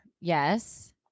Yes